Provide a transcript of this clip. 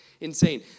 insane